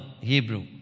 Hebrew